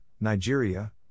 Nigeria